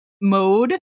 mode